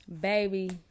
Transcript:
Baby